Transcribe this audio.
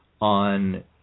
on